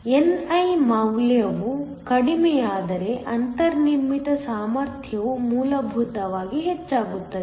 ni ಮೌಲ್ಯವು ಕಡಿಮೆಯಾದರೆ ಅಂತರ್ನಿರ್ಮಿತ ಸಾಮರ್ಥ್ಯವು ಮೂಲಭೂತವಾಗಿ ಹೆಚ್ಚಾಗುತ್ತದೆ